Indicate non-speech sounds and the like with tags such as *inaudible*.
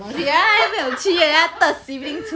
*laughs*